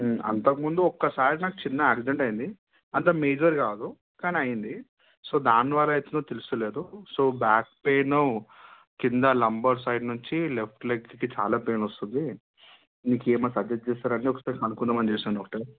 అంతకముందు ఒకసారి నాకు చిన్న యాక్సిడెంట్ అయింది అంత మేజర్ కాదు కానీ అయింది సో దాని ద్వారా అవుతుందో తెలుస్తలేదు సో బ్యాక్ పెయిను కింద లుంబర్ సైడ్ నుంచి లెఫ్ట్ లెగ్కి చాలా పెయిన్ వస్తుంది మీరు ఏమైనా సజెస్ట్ చేస్తారని ఒకసారి కనుకుందామని చేశాను డాక్టర్